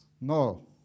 No